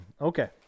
okay